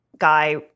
guy